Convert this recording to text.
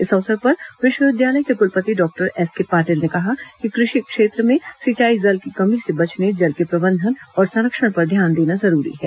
इस अवसर पर विश्वविद्यालय के कुलपति डॉक्टर एसके पाटील ने कहा कि कृषि क्षेत्र में सिंचाई जल की कमी से बचने जल के प्रबंधन और संरक्षण पर ध्यान देना जरूरी है